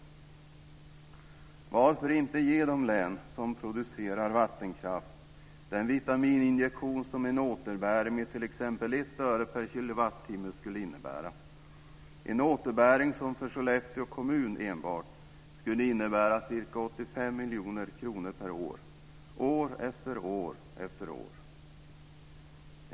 Varför inte ge de län som producerar vattenkraft den vitamininjektion som en återbäring med t.ex. 1 öre per kWh skulle innebära? Det är en återbäring som enbart för Sollefteå kommun skulle innebära ca 85 miljoner kronor per år, år efter år efter år.